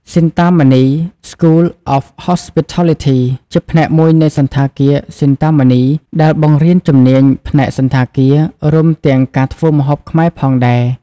Shinta Mani School of Hospitality ជាផ្នែកមួយនៃសណ្ឋាគារ Shinta Mani ដែលបង្រៀនជំនាញផ្នែកសណ្ឋាគារ រួមទាំងការធ្វើម្ហូបខ្មែរផងដែរ ។